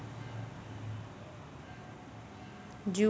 जीओच रिचार्ज मले ऑनलाईन करता येईन का?